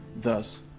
thus